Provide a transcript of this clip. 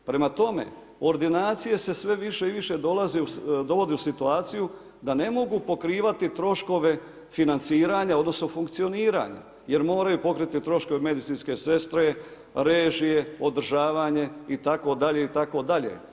Prema tome, ordinacije se sve više i više dovode u situaciju da ne mogu pokrivati troškove financiranja, odnosno funkcioniranja jer moraju pokriti troškove medicinske sestre, režije, održavanje itd., itd.